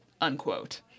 Unquote